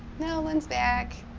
nollan's back.